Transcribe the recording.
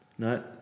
No